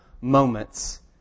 moments